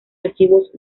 archivos